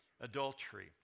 adultery